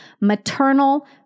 maternal